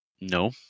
no